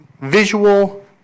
visual